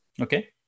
okay